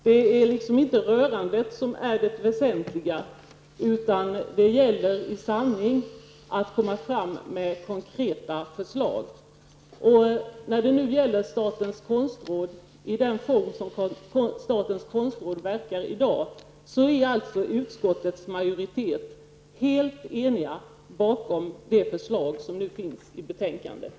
Det är inte rörandet som är det väsentliga, utan det gäller i sanning att komma fram till konkreta förslag. När det gäller statens kulturråds verksamhet i dag är utskottets majoritet helt enig och står bakom det förslag som finns i betänkandet.